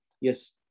Yes